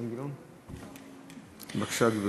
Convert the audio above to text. בבקשה, גברתי.